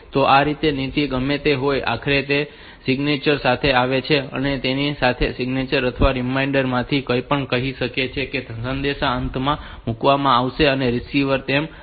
તો આ રીતે નીતિ ગમે તે હોય આખરે તે એક સિગ્નેચર સાથે આવે છે અને તેને આપણે સિગ્નેચર અથવા રીમાઇન્ડર માંથી જે કંઈપણ કહીએ તે સંદેશના અંતમાં મૂકવામાં આવશે અને રીસીવર તેને તપાસશે